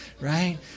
right